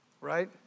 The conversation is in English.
Right